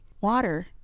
water